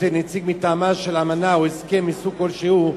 נציג מטעמה על אמנה או הסכם מסוג כלשהו,